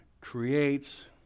creates